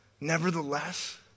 nevertheless